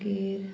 मागीर